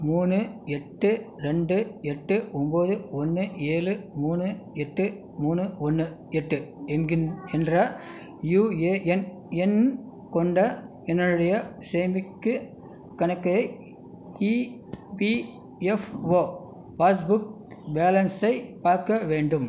மூணு எட்டு ரெண்டு எட்டு ஒம்போது ஒன்று ஏழு மூணு எட்டு மூணு ஒன்று எட்டு என்ற யூஏஎன் எண் கொண்ட என்னுடைய சேமிப்புக் கணக்கை இபிஎஃப்ஓ பாஸ்புக் பேலன்ஸை பார்க்க வேண்டும்